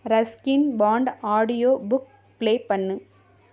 Ruskin Bond audio book play பண்ணு